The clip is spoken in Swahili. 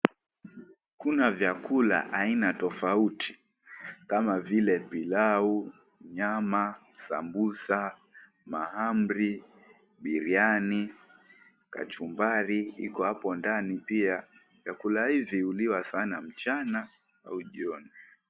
Kuna vyakula aina tofauti kama vile pilau, nyama, sambusa, mahamri, biryani, kachumbari iko hapo ndani pia. Vyakula hivi huliwa sana mchana au jioni.